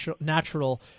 natural